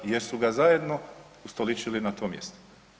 Jer su ga zajedno ustoličili na to mjesto.